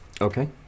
Okay